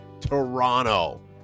Toronto